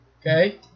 Okay